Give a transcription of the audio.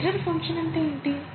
error function అంటే ఏంటి